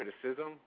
criticism